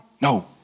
No